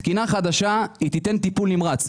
תקינה חדשה היא תיתן טיפול נמרץ.